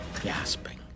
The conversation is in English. gasping